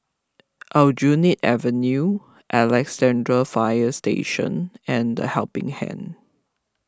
Aljunied Avenue Alexandra Fire Station and the Helping Hand